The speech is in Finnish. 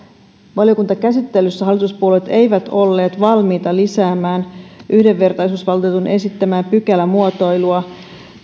valiokuntakäsittelyssä hallituspuolueet eivät olleet valmiita lisäämään yhdenvertaisuusvaltuutetun esittämää pykälämuotoilua